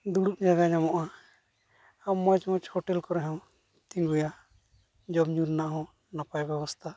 ᱫᱩᱲᱩᱵ ᱡᱟᱜᱟ ᱧᱟᱢᱚᱜᱼᱟ ᱢᱚᱡᱽᱼᱢᱚᱡᱽ ᱦᱳᱴᱮᱹᱞ ᱠᱚᱨᱮ ᱦᱚᱸ ᱛᱤᱸᱜᱩᱭᱟ ᱡᱚᱢᱼᱧᱩ ᱨᱮᱱᱟᱜ ᱦᱚᱸ ᱱᱟᱯᱟᱭ ᱵᱮᱵᱚᱥᱛᱟ